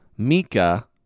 mika